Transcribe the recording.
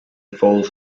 falls